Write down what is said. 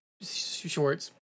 shorts